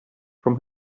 from